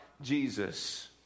Jesus